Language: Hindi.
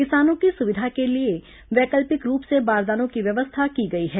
किसानों की सुविधा के लिए वैकल्पिक रूप से बारदानों की व्यवस्था की गई है